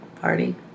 party